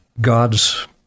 God's